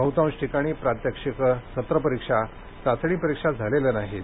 बहुतांश ठिकाणी प्रात्यक्षिकं सत्र परीक्षा चाचणी परीक्षा झालेल्या नाहीत